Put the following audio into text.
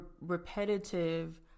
repetitive